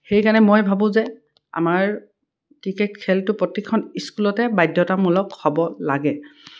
সেইকাৰণে মই ভাবোঁ যে আমাৰ ক্ৰিকেট খেলটো প্ৰত্যেকখন স্কুলতে বাধ্যতামূলক হ'ব লাগে